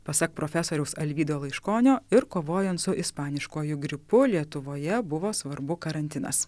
pasak profesoriaus alvydo laiškonio ir kovojant su ispaniškuoju gripu lietuvoje buvo svarbu karantinas